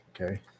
Okay